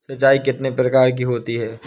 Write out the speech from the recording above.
सिंचाई कितनी प्रकार की होती हैं?